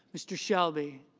mr. shelby